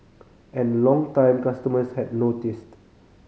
and longtime customers had noticed